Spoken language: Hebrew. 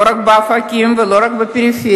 לא רק באופקים ולא רק בפריפריה,